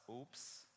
Oops